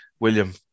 William